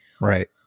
right